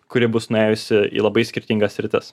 kuri bus nuėjusi į labai skirtingas sritis